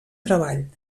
treball